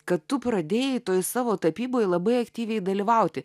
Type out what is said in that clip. kad tu pradėjai toje savo tapyboje labai aktyviai dalyvauti